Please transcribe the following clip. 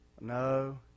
No